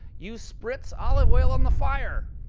you spritz olive oil on the fire.